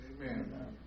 Amen